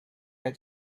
had